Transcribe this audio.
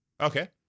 Okay